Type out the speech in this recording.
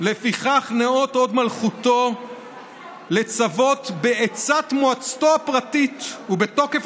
לפיכך נאות הוד מלכותו לצוות בעצת מועצתו הפרטית ובתוקף